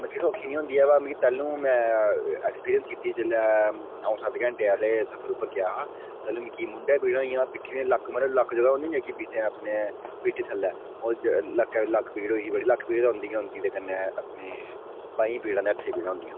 मिगी सौखी निं होंदी ऐ व मिगी तैल्लू में ऐक्सपिरियंस कीती जिसलै अ'ऊं सत्त घैंटे आह्ले सफर उप्पर गेआ हा तां तैल्लू मिगी मुंडै पीड़ां होइयां हियां पिट्ठी लक्क मतलब लक्क जेह्ड़ी एह् नी होंदी अपने पिट्ठी थ'ल्लै ओह् लक्क लक्क पीड़ होई ही बड़ी लक्क पीड़ तां होंदी गै होंदी कन्नै अपने बाहीं पीड़ां ते हत्थें पीड़ां होंदियां